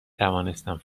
توانستم